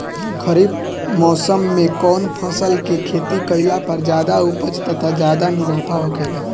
खरीफ़ मौसम में कउन फसल के खेती कइला पर ज्यादा उपज तथा ज्यादा मुनाफा होखेला?